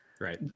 Right